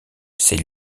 c’est